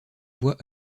voix